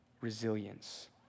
Resilience